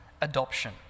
adoption